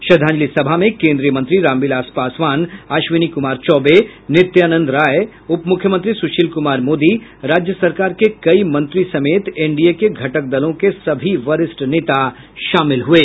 श्रद्धांजलि सभा में केंद्रीय मंत्री रामविलास पासवान अश्विनी कुमार चौबे नित्यानंद राय उपमुख्यमंत्री सुशील कुमार मोदी राज्य सरकार के कई मंत्री समेत एनडीए के घटक दलों के सभी वरिष्ठ नेता शामिल हुये